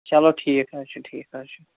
چلو ٹھیٖک حظ چھُ چلو ٹھیٖک حظ چھُ